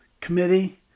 committee